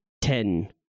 Ten